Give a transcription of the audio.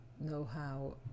know-how